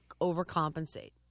overcompensate